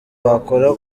bakora